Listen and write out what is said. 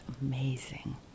amazing